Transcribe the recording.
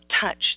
touch